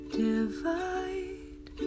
divide